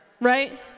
right